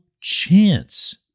chance